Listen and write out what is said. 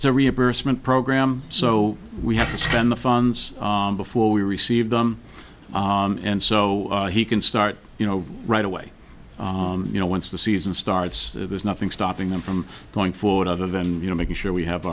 it's a reimbursement program so we have to spend the funds before we receive them and so he can start you know right away you know once the season starts there's nothing stopping them from going forward other than you know making sure we have